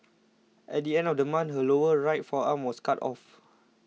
at the end of the month her lower right forearm was cut off